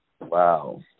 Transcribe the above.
Wow